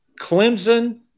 Clemson